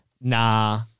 Nah